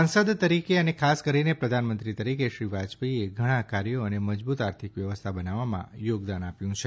સાંસદ તરીકે અને ખાસ કરીને પ્રધાનમંત્રી તરીકે શ્રી વાજપાઈએ ઘણાં કાર્યો અને મજબૂત આર્થિક વ્યવસ્થા બનાવવા યોગદાન આપ્યું છે